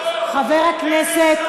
איזו שפה, חבר הכנסת,